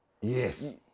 Yes